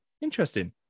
interesting